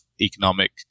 economic